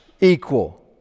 equal